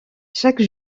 chaque